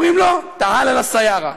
אומרים לו: אטלע ל-סיארה,